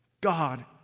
God